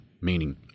Meaning